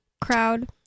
crowd